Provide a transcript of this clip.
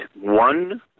one